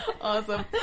Awesome